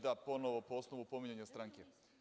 Da, ponovo po osnovu pominjanja stranke.